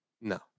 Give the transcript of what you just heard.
No